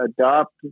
adopt